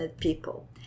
people